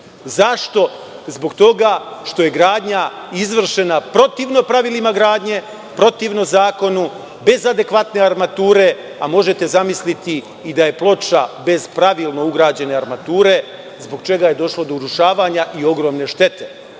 Zašto? Zbog toga što je gradnja izvršena protivno pravilima gradnje, protivno zakonu, bez adekvatne armature, a možete zamisliti i da je ploča bez pravilno ugrađene armature, zbog čega je došlo do urušavanja i ogromne štete.